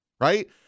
right